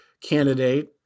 candidate